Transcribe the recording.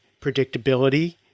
predictability